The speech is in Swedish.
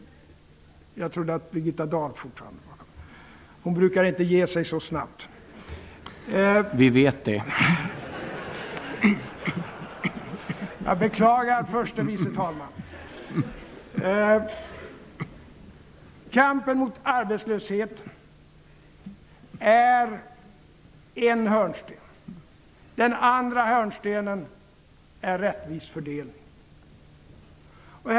Jag beklagar, förste vice talman. Det finns två hörnstenar i den socialdemokratiska politiken. Kampen mot arbetslösheten är en hörnsten. Den andra hörnstenen är rättvis fördelning.